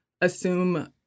assume